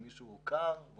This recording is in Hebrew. אם יש מישהו שהוכר ,